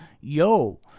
yo